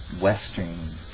Western